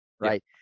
right